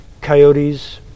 coyotes